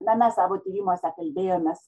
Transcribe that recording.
na mes savo tyrimuose kalbėjomės